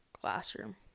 classroom